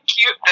cute